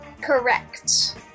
Correct